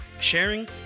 sharing